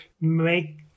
make